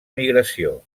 migració